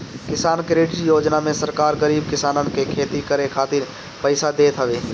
किसान क्रेडिट योजना में सरकार गरीब किसानन के खेती करे खातिर पईसा देत हवे